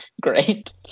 Great